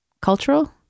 Cultural